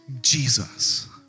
Jesus